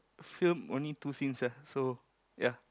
film only two scenes ah so